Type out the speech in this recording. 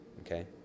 Okay